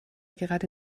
gerade